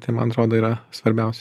tai man atrodo yra svarbiausia